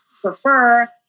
prefer